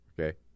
Okay